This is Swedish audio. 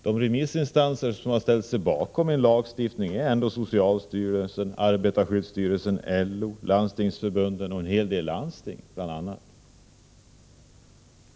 De remissinstanser som har ställt sig bakom en lagstiftning är ändå bl.a. socialstyrelsen, arbetarskyddsstyrelsen, LO, landstingsförbunden och en hel del landsting.